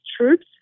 troops